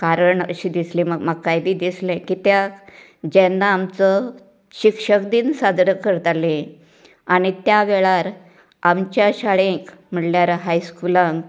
कारण अशें दिसलें म्हा म्हाकाय बी दिसलें की त्या जेन्ना आमचो शिक्षक दिन साजरो करताले आनी त्या वेळार आमच्या शाळेंत म्हळ्यार हायस्कूलांत